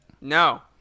No